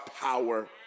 power